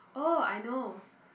oh I know